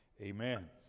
amen